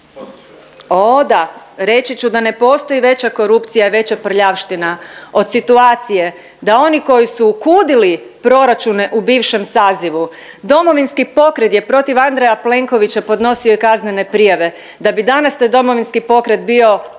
da, reći ću da ne postoji veća korupcija i veća prljavština od situacije da oni koji su kudili proračune u bivšem sazivu Domovinski pokret je protiv Andreja Plenkovića podnosio i kaznene prijave, da bi danas taj Domovinski pokret bio